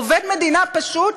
עובד מדינה פשוט,